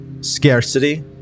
scarcity